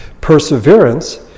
Perseverance